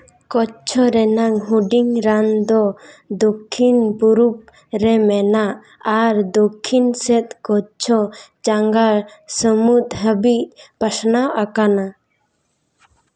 ᱠᱚᱪᱪᱷᱚ ᱨᱮᱱᱟᱜ ᱦᱩᱰᱤᱧ ᱨᱟᱱ ᱫᱚ ᱫᱚᱠᱠᱷᱤᱱᱼᱯᱩᱨᱩᱵ ᱨᱮ ᱟᱨ ᱫᱚᱠᱠᱷᱤᱱ ᱥᱮᱫ ᱠᱚᱪᱪᱷᱚ ᱢᱮᱱᱟᱜ ᱪᱟᱸᱜᱟ ᱥᱟᱹᱢᱩᱫ ᱦᱟᱹᱵᱤᱡ ᱯᱟᱥᱱᱟᱣ ᱟᱠᱟᱱᱟ